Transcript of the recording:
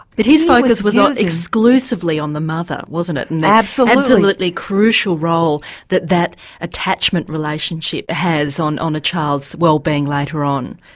but his focus was exclusively on the mother wasn't it? absolutely. an absolutely absolutely crucial role that that attachment relationship has on on a child's wellbeing later on.